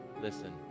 Listen